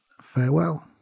farewell